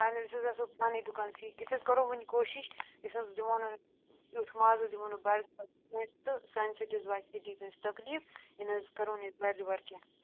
اہن حظ أسۍ حظ آسو پانَے دُکانسٕے أسۍ حظ کَرو وٕنہِ کوٗشِش أسۍ نہٕ حظ دِمو نہٕ یُتھ ماز حظ دِمو نہٕ بارِدُبار کٲنٛسہِ تہٕ سانہِ سۭتۍ حظ واتہِ أتی کٲنٛسہِ تکلیف یہِ نہٕ حظ کَرو نہٕ أسۍ بارِدُبار کیٚنٛہہ